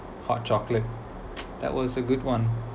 hot chocolate that was a good one